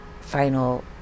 final